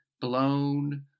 blown